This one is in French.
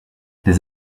les